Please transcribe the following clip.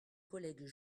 collègues